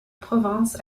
province